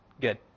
Good